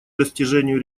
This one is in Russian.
достижению